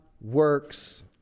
works